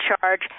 charge